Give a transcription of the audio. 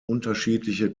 unterschiedliche